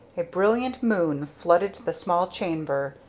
a brilliant moon flooded the small chamber.